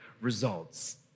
results